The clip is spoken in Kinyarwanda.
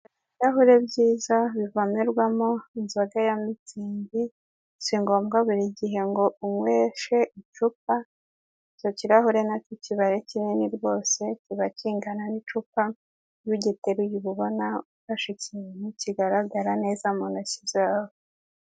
Ibirahure byiza bivomerwamo inzoga ya mitsingi si ngombwa burigihe ngo unyweshe icupa icyo kirahure kiba ari kinini rwose, kiba kingana n'icupa iyo ugiteruye uba ubona ufashe ikintu kigaragara neza muntoki zawe.